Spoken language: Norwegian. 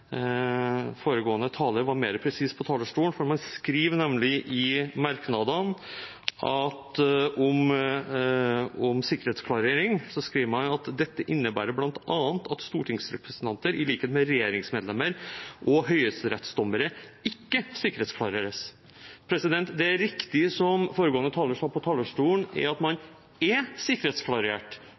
foregående taler være mer presis på talerstolen, for man skriver nemlig i merknadene om sikkerhetsklarering: «Dette innebærer blant annet at stortingsrepresentanter, i likhet med regjeringsmedlemmer og høyesterettsdommere, ikke sikkerhetsklareres.» Det riktige, som foregående taler sa på talerstolen, er at man er sikkerhetsklarert